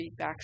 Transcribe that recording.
feedbacks